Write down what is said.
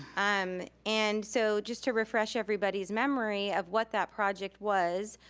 um and so just to refresh everybody's memory of what that project was,